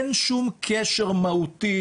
נכון,